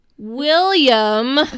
william